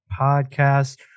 Podcast